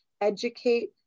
educate